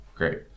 great